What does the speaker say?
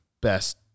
best